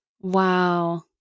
Wow